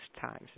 times